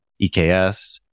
EKS